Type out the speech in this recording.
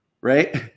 right